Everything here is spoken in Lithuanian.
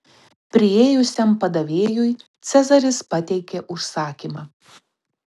priėjusiam padavėjui cezaris pateikė užsakymą